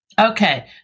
Okay